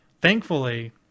thankfully